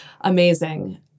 Amazing